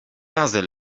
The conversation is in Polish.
razy